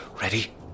Ready